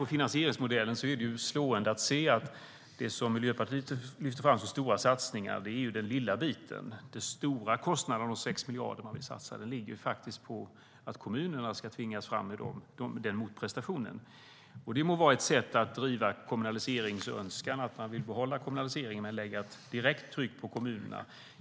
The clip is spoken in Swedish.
I finansieringsmodellen är det slående att det som Miljöpartiet lyfter fram som stora satsningar är den lilla biten. Den stora kostnaden, de 6 miljarder ni satsar, ligger på att kommunerna ska tvingas fram med en motprestation. Det må vara ett sätt att driva en kommunaliseringsönskan att vilja behålla kommunaliseringen men lägga ett direkt tryck på kommunerna.